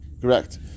correct